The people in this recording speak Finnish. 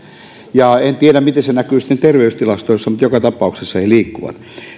en tiedä miten se näkyy sitten terveystilastoissa mutta joka tapauksessa he liikkuvat